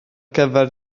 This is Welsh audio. gyfer